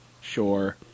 sure